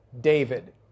David